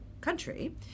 country